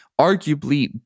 Arguably